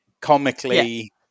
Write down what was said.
comically